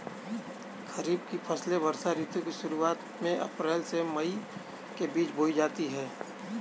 खरीफ की फसलें वर्षा ऋतु की शुरुआत में अप्रैल से मई के बीच बोई जाती हैं